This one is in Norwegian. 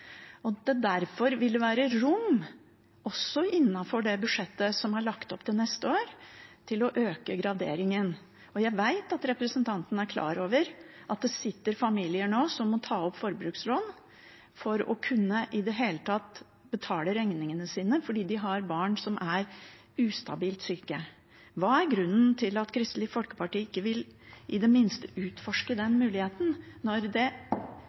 at det derfor ville være rom for, innenfor det budsjettet som er lagt opp til neste år, å øke graderingen. Jeg vet at representanten er klar over at det nå er barnefamilier som må ta opp forbrukslån for i det hele tatt å kunne betale regningene sine, fordi de har barn som er ustabilt syke. Hva er grunnen til at Kristelig Folkeparti ikke i det minste vil utforske den muligheten, når det